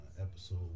episode